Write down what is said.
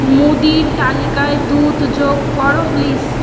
মুদির তালিকায় দুধ যোগ করো প্লিস